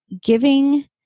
giving